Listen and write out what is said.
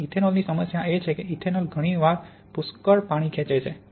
અને ઇથેનોલની સમસ્યા એ છે કે ઇથેનોલ ઘણી વાર પુષ્કળ પાણી ખેંચે છે